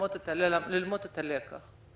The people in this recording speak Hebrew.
ללמוד את הלקח.